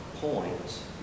points